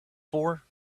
for